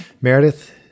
Meredith